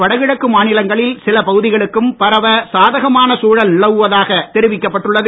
வடகிழக்கு மாநிலங்களில் சில பகுதிகளுக்கும் பரவ சாதகமான சூழல் நிலவுவதாகத் தெரிவிக்கப்பட்டுள்ளது